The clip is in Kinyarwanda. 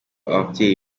ababyeyi